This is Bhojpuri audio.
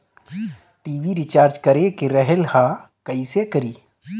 टी.वी रिचार्ज करे के रहल ह कइसे करी?